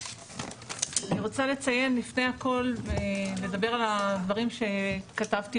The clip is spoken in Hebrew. לפני הכל אני רוצה לציין ולדבר על הדברים שכתבתי,